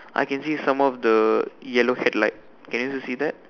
I can see some of the yellow headlight can you also see that